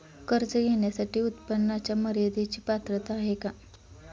कर्ज घेण्यासाठी उत्पन्नाच्या मर्यदेची पात्रता आहे का?